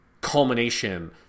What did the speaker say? culmination